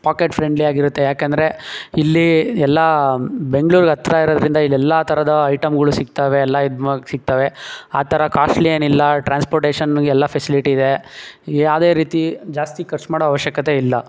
packet friendly ಆಗಿರುತ್ತೆ ಯಾಕಂದರೆ ಇಲ್ಲಿ ಎಲ್ಲ ಬೆಂಗ್ಳೂರಿಗೆ ಹತ್ರ ಇರೋದ್ರಿಂದ ಇಲ್ಲಿ ಎಲ್ಲ ಥರದ ಐಟಮ್ಗಳು ಸಿಗ್ತವೆ ಎಲ್ಲ ಇದು ಮ ಸಿಗ್ತವೆ ಆ ಥರ ಕಾಸ್ಟ್ಲಿ ಏನಿಲ್ಲ ಟ್ರಾನ್ಸ್ಪೋರ್ಟೇಷನ್ಗೆ ಎಲ್ಲ ಫೆಸಿಲಿಟಿ ಇದೆ ಯಾವುದೇ ರೀತಿ ಜಾಸ್ತಿ ಖರ್ಚು ಮಾಡೋ ಅವಶ್ಯಕತೆ ಇಲ್ಲ